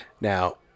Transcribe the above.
Now